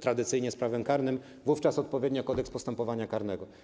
tradycyjnie związane z prawem karnym, to wówczas odpowiednio Kodeks postępowania karnego.